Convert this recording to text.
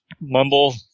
mumble